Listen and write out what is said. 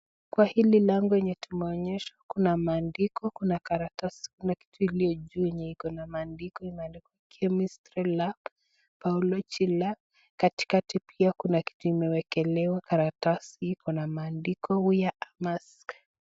Kwa hili lango yenye tumeonyeshwa kuna maandiko, kuna karatasi na kuna kitu iliyo juu yenye iko na maandiko imeandikwa chemistry lab, biology lab ,katikati pia kuna kitu imewekelewa karatasi iko na maandiko wear a mask .